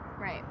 Right